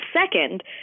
second